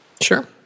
Sure